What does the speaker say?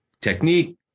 technique